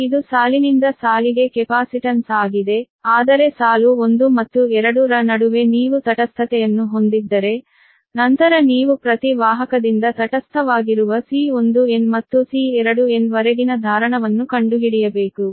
ಇದು ಸಾಲಿನಿಂದ ಸಾಲಿಗೆ ಕೆಪಾಸಿಟನ್ಸ್ ಆಗಿದೆ ಆದರೆ ಸಾಲು 1 ಮತ್ತು 2 ರ ನಡುವೆ ನೀವು ತಟಸ್ಥತೆಯನ್ನು ಹೊಂದಿದ್ದರೆ ನಂತರ ನೀವು ಪ್ರತಿ ವಾಹಕದಿಂದ ತಟಸ್ಥವಾಗಿರುವ C1n ಮತ್ತು C2n ವರೆಗಿನ ಧಾರಣವನ್ನು ಕಂಡುಹಿಡಿಯಬೇಕು